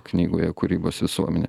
knygoje kūrybos visuomenė